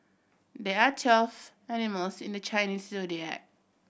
there are twelve animals in the Chinese Zodiac